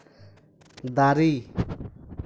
ᱫᱟᱨᱮ